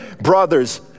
Brothers